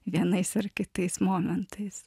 vienais ar kitais momentais